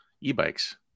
e-bikes